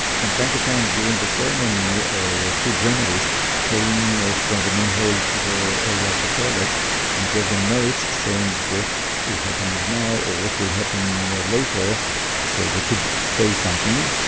from time to time during the ceremony, two journalists came from the main hall to the area of the toilet and gave them notes saying what is happening now or what will happen later so they could say something